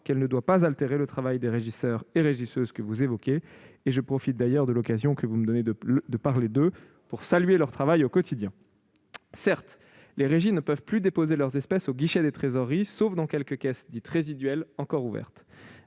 qu'elle ne doit pas altérer le travail des régisseuses et régisseurs que vous évoquez- je profite d'ailleurs de l'occasion que vous me donnez de parler d'eux pour saluer leur travail quotidien. Certes, les régies ne peuvent plus déposer leurs espèces aux guichets des trésoreries, sauf dans les quelques caisses dites « résiduelles » encore ouvertes,